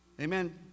Amen